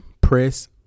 Press